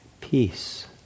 peace